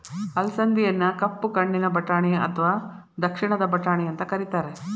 ಅಲಸಂದಿಯನ್ನ ಕಪ್ಪು ಕಣ್ಣಿನ ಬಟಾಣಿ ಅತ್ವಾ ದಕ್ಷಿಣದ ಬಟಾಣಿ ಅಂತ ಕರೇತಾರ